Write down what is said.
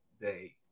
day